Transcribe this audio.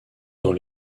dans